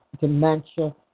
dementia